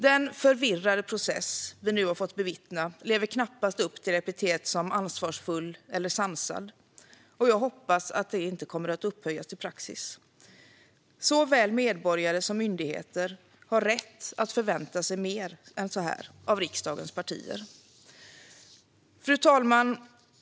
Den förvirrade process vi nu fått bevittna lever knappast upp till epitet som ansvarsfull eller sansad, och jag hoppas att det inte kommer att upphöjas till praxis. Såväl medborgare som myndigheter har rätt att förvänta sig mer än så här av riksdagens partier. Fru talman!